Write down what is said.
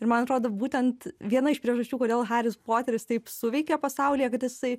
ir man atrodo būtent viena iš priežasčių kodėl haris poteris taip suveikė pasaulyje kad jisai